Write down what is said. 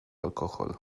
alkohol